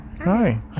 Hi